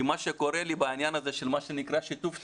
כי מה שקורה בעניין של מה שנקרא "שיתוף הציבור"